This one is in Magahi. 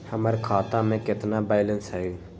हमर खाता में केतना बैलेंस हई?